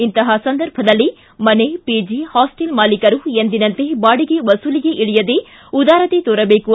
ಇಂತಹ ಸಂದರ್ಭದಲ್ಲಿ ಮನೆ ಪಿಜಿ ಹಾಸ್ನೆಲ್ ಮಾಲೀಕರು ಎಂದಿನಂತೆ ಬಾಡಿಗೆ ವಸೂಲಿಗೆ ಇಳಿಯದೆ ಉದಾರತೆ ತೋರಬೇಕು